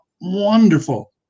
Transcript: wonderful